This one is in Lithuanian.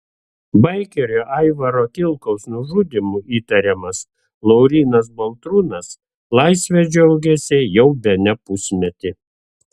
baikerio aivaro kilkaus nužudymu įtariamas laurynas baltrūnas laisve džiaugiasi jau bene pusmetį